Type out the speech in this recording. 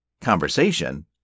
conversation